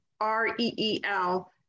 r-e-e-l